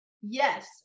Yes